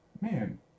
man